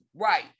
right